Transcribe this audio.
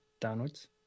downwards